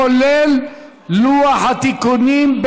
כולל לוח התיקונים,